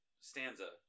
stanza